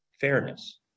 fairness